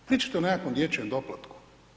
Pričate o nekakvom dječjem doplatku.